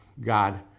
God